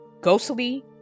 Ghostly